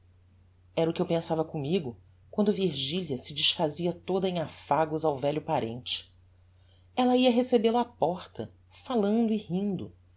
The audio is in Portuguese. era o que eu pensava commigo quando virgilia se desfazia toda em affagos ao velho parente ella ia